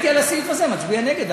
על הסעיף הזה אני הייתי מצביע נגד.